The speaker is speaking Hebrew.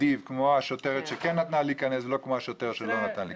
כמו שנהגה אותה השוטרת שנתנה להיכנס ולא כמו השוטר שלא נתן להיכנס.